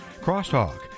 Crosstalk